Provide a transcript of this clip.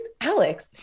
Alex